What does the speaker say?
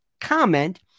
comment